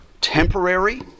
temporary